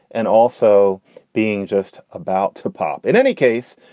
and also being just about to pop. in any case,